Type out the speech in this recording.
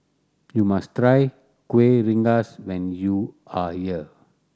you must try Kueh Rengas when you are here